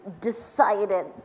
decided